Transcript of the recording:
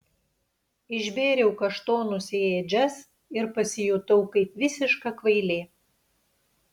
išbėriau kaštonus į ėdžias ir pasijutau kaip visiška kvailė